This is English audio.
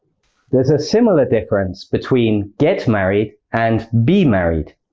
there's a similar difference between get married and be married.